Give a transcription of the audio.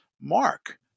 Mark